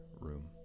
room